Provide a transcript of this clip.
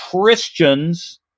Christians